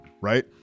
right